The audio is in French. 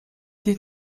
des